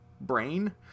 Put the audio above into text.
brain